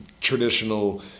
traditional